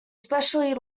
specially